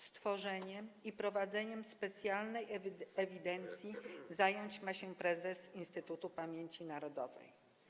Stworzeniem i prowadzeniem specjalnej ewidencji zająć ma się prezes Instytutu Pamięci Narodowej.